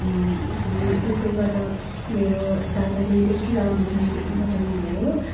यसरी डुब्दै गर्दा मेरो दादाले देखेर मलाई बचाउनुभयो